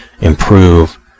improve